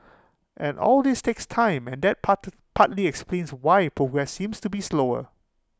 and all this takes time and that part partly explains why progress seems to be slower